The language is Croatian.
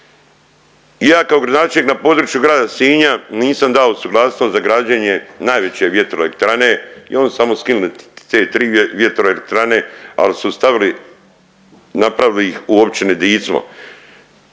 Ja kao gradonačelnik na području grada Sinja, nisam dao suglasnost za građenje najveće vjetroelektrane i oni su samo skinuli C3 vjetroelektrane ali su stavili, napravili ih u općini Dicmo.